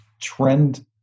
trend